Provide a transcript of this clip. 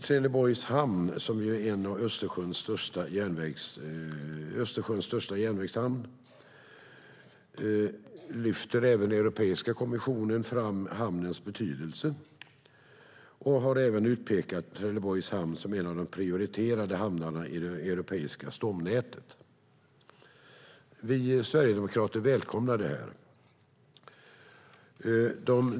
Trelleborgs hamn är Östersjöns största järnvägshamn. Även Europeiska kommissionen lyfter fram hamnens betydelse och har även utpekat Trelleborgs hamn som en av de prioriterade hamnarna i det europeiska stomnätet. Vi sverigedemokrater välkomnar detta.